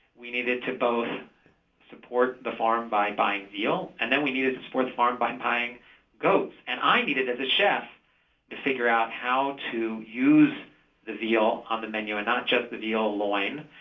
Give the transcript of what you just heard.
we needed to both support the farm by buying veal, and then we needed to support the farm by buying goats. and i needed, as a chef, to figure out how to use the veal on the menu and not just the veal loin,